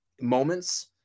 moments